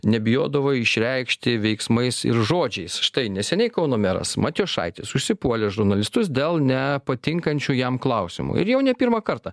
nebijodavo išreikšti veiksmais ir žodžiais štai neseniai kauno meras matijošaitis užsipuolė žurnalistus dėl nepatinkančių jam klausimų ir jau ne pirmą kartą